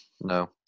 No